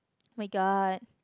my-god